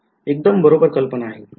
एकदम बरोबर कल्पना आहे ती